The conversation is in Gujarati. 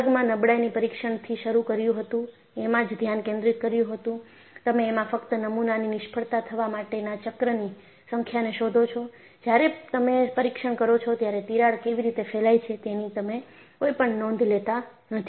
આપણે આ વર્ગમાં નબળાઈની પરીક્ષણ થી શરૂ કર્યું હતું એમાં જ ધ્યાન કેન્દ્રિત કર્યું હતું તમે એમાં ફક્ત નમુનાની નિષ્ફળતા થવા માટેના ચક્રની સંખ્યાને શોધો છો જ્યારે તમે પરીક્ષણ કરો છો ત્યારે તિરાડ કેવી રીતે ફેલાય છે તેની તમે કોઈપણ નોંધ લેતા નથી